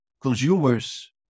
consumers